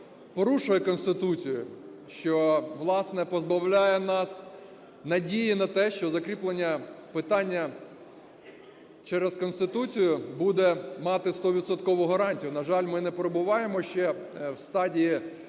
порушує Конституцію, що, власне, позбавляє нас надії на те, що закріплення питання через Конституцію буде мати стовідсоткову гарантію. На жаль, ми не перебуваємо ще в стадії